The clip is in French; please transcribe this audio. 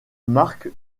marque